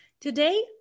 Today